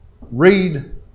read